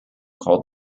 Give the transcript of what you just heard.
called